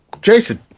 Jason